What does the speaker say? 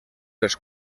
les